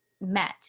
met